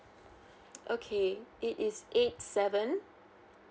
okay it is eight seven